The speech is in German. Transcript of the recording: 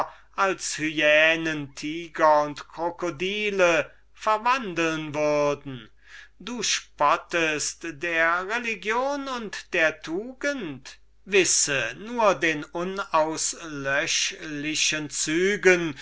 als hyänen tyger und krokodille sind verwandeln würden du spottest der tugend und religion wisse nur den unauslöschlichen zügen